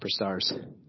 superstars